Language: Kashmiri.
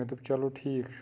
مےٚ دوٚپ چلو ٹھیٖک چھُ